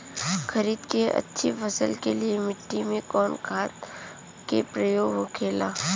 खरीद के अच्छी फसल के लिए मिट्टी में कवन खाद के प्रयोग होखेला?